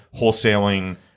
wholesaling